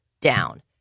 down